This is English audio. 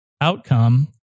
outcome